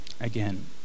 again